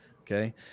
okay